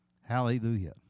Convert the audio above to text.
Hallelujah